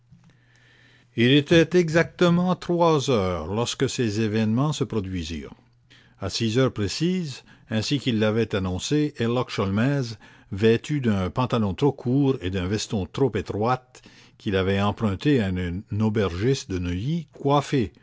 il était exactement trois heures lorsque ces événements se produisirent à six heures précises ainsi qu'il l'avait annoncé herlock sholmès vêtu d'un pantalon trop court et d'un veston trop étroit qu'il avait empruntés à un aubergiste de neuilly coiffé